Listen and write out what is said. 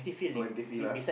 [oh[ empty field ah